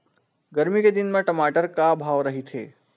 गरमी के दिन म टमाटर का भाव रहिथे?